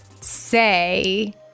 say